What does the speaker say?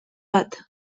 bat